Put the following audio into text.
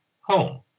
home